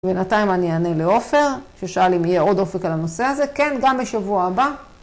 בינתיים אני אענה לעופר ששאל אם יהיה עוד אופק על הנושא הזה, כן גם בשבוע הבא.